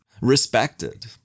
respected